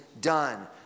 done